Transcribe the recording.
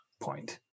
point